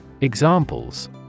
Examples